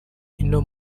ino